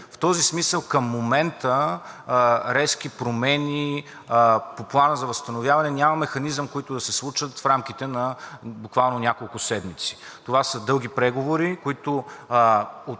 В този смисъл, към момента резки промени по Плана за възстановяване няма, няма механизми, които да се случат в рамките на буквално няколко седмици. Това са дълги преговори, които